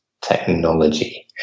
technology